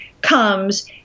comes